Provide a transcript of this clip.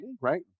right